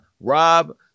Rob